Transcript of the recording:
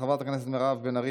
חברת הכנסת מרב מיכאלי,